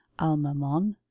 almamon